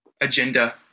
agenda